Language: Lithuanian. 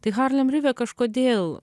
tai harlem rive kažkodėl